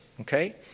Okay